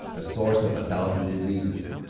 the source of a thousand diseases.